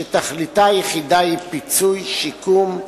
שתכליתה היחידה היא פיצוי, שיקום,